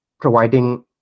providing